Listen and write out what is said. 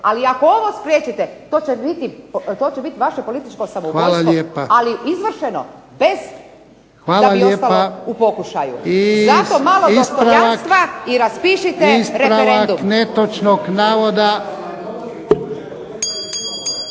ali ako ovo spriječite to će biti vaše političko samoubojstvo, ali izvršeno, bez da bi ostalo u pokušaju. Zato malo dostojanstva i raspišite referendum. **Jarnjak, Ivan